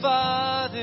Father